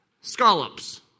Scallops